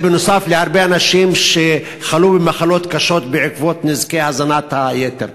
זה בנוסף להרבה אנשים שחלו במחלות קשות בעקבות נזקי הזנת היתר.